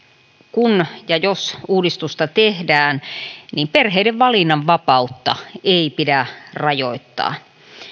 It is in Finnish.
kun ja jos uudistusta tehdään niin perheiden valinnanvapautta ei pidä rajoittaa